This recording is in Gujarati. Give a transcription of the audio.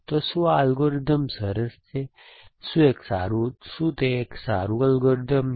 તો શું આ અલ્ગોરિધમ સરસ છે શું તે સારું અલ્ગોરિધમ છે